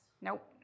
Nope